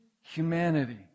humanity